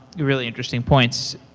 really interesting points.